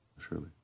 surely